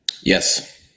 Yes